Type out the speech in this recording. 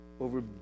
over